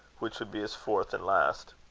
which would be his fourth and last.